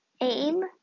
aim